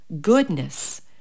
goodness